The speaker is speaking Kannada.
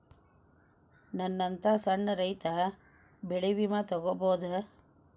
ನನ್ನಂತಾ ಸಣ್ಣ ರೈತ ಬೆಳಿ ವಿಮೆ ತೊಗೊಬೋದ?